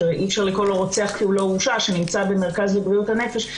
שאי אפשר לקרוא לו רוצח כי הוא לא הורשע ונמצא במרכז לבריאות הנפש,